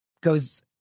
goes